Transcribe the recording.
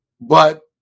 but-